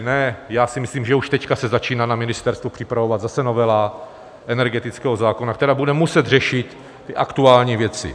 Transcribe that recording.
Ne, já si myslím, že už teď se začíná na ministerstvu připravovat zase novela energetického zákona, která bude muset řešit ty aktuální věci.